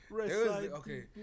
Okay